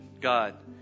God